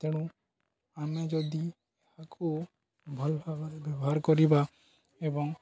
ତେଣୁ ଆମେ ଯଦି ଏହା ଏହାକୁ ଭଲ ଭାବରେ ବ୍ୟବହାର କରିବା ଏବଂ